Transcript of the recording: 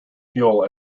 fuel